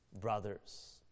brothers